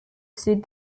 suit